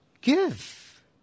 give